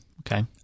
okay